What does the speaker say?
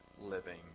living